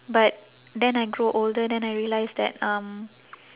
but then I grow older then I realise that um